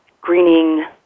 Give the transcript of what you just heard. greening